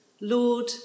Lord